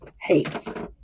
hates